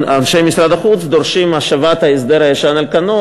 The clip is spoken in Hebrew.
אנשי משרד החוץ דורשים את השבת ההסדר הישן על כנו,